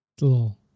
little